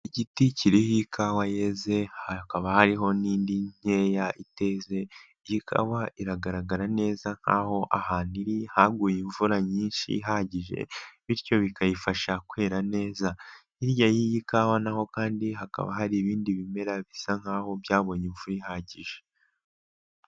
Igiti kiriho ikawa yeze hakaba hariho n'indi nkeya iteze, iyi ikawa iragaragara neza nk'aho ahantu haguye imvura nyinshi ihagije, bityo bikayifasha kwera neza, hirya y'iyi kawa na ho kandi hakaba hari ibindi bimera bisa nk'aho byabonye imvura ihagije.